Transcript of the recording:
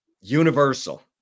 Universal